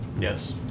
Yes